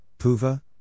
Puva